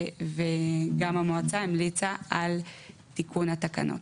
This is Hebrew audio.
וגם המועצה המליצה על תיקון התקנות.